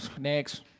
Next